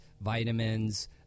vitamins